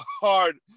hard